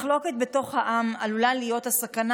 מחלוקת בתוך העם עלולה להיות הסכנה